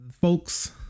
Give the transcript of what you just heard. folks